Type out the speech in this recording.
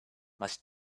must